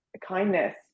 kindness